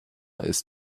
ist